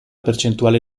percentuale